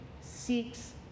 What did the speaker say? seeks